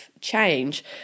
change